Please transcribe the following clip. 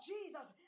Jesus